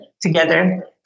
together